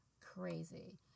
crazy